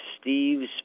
Steve's